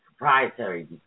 proprietary